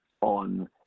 on